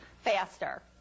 faster